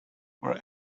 were